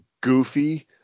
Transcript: goofy